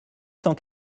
cent